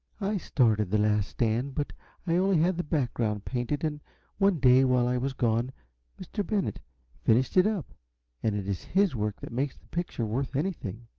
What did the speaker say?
i started the last stand but i only had the background painted, and one day while i was gone mr. bennett finished it up and it is his work that makes the picture worth anything.